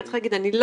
אם זה מבנה מיוחד,